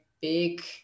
big